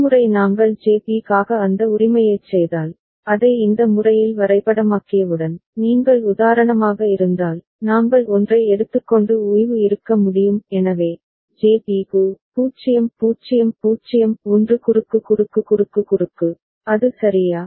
ஒருமுறை நாங்கள் JB க்காக அந்த உரிமையைச் செய்தால் அதை இந்த முறையில் வரைபடமாக்கியவுடன் நீங்கள் உதாரணமாக இருந்தால் நாங்கள் ஒன்றை எடுத்துக்கொண்டு ஓய்வு இருக்க முடியும் எனவே JB க்கு 0 0 0 1 குறுக்கு குறுக்கு குறுக்கு குறுக்கு அது சரியா